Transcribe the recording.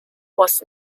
was